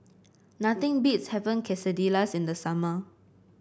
nothing beats having Quesadillas in the summer